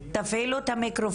כן, אנחנו בדקנו המקרה לא מוכר.